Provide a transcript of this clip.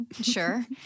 Sure